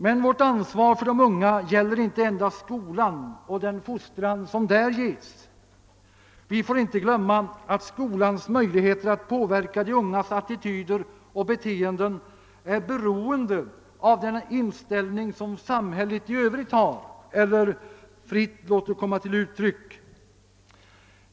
Men vårt ansvar för de unga gäller inte endast skolan och den fostran som där ges. Vi får inte glömma att skolans möjligheter att påverka de ungas attityder och beteenden är beroende av den inställning som samhället i övrigt intar eller fritt låter komma till uttryck.